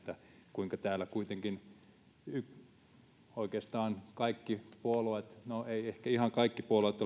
kuinka kuitenkin oikeastaan kaikki puolueet ovat täällä edustettuina no eivät ehkä ihan kaikki puolueet